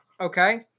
Okay